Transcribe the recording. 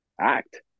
act